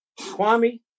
Kwame